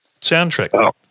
Soundtrack